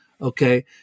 okay